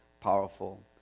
powerful